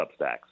Substacks